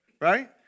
right